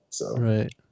Right